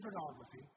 pornography